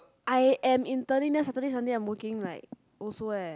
I am interning then Saturday and Sunday I am working like also eh